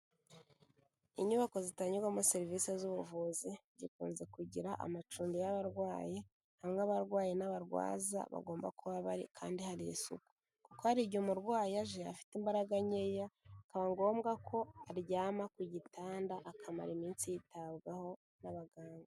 Inyubako zitangirwamo serivisi z'ubuvuzi, zikunze kugira amacumbi y'abarwayi, hamwe abarwayi n'abarwaza bagomba kuba bari kandi hari isuku kuko hari igihe umurwayi aje afite imbaraga nkeya, bikaba ngombwa ko aryama ku gitanda akamara iminsi yitabwaho n'abaganga.